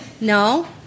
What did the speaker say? No